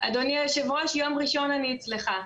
אדוני יושב הראש, יום ראשון אני אצלך.